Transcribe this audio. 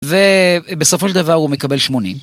ובסופו של דבר הוא מקבל שמונים.